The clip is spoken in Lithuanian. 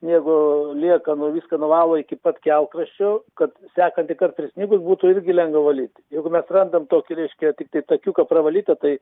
sniego liekanų viską nuvalo iki pat kelkraščių kad sekantį kart prisnigus būtų irgi lengva valyt juk mes randam tokį reiškia tiktai takiuką pravalytą tai